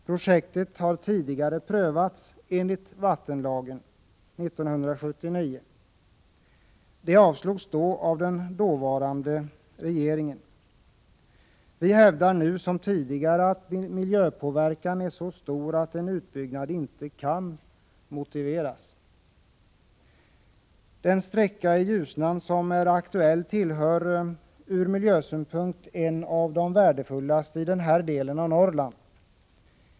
Projektet prövades enligt vattenlagen 1979 och avslogs vid den tidpunkten av den dåvarande regeringen. Vi hävdar nu som tidigare att miljöpåverkan är så stor att en utbyggnad inte kan motiveras. Den sträcka av Ljusnan som nu är aktuell är från miljösynpunkt en av de värdefullaste i den här delen av Norrland.